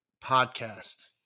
podcast